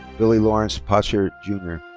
billy lawrence pacher jr.